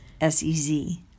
s-e-z